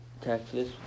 Texas